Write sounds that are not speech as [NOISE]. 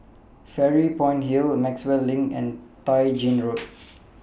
Fairy Point Hill Maxwell LINK and Tai Gin Road [NOISE]